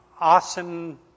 awesome